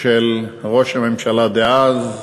של ראש הממשלה דאז,